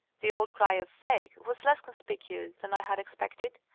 the old cry of fake! was less conspicuous than i had expected,